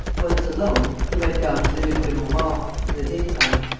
once alone, he went down to the duc de montmaur's, in the daytime.